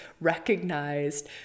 recognized